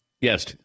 Yes